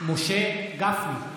משה גפני,